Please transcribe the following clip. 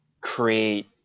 create